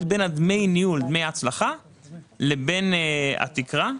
בין דמי ניהול מהצלחה לבין התקרה.